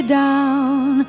down